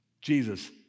Jesus